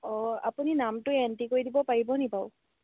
অঁ আপুনি নামটো এন্ট্ৰি কৰি দিব পাৰিব নি বাৰু